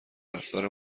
رفتار